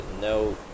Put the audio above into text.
no